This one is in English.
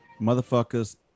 motherfuckers